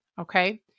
Okay